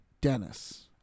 Dennis